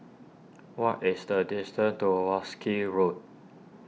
what is the distance to Wolskel Road